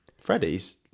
Freddie's